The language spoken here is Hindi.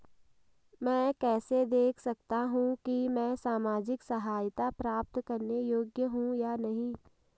मैं कैसे देख सकता हूं कि मैं सामाजिक सहायता प्राप्त करने योग्य हूं या नहीं?